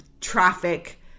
traffic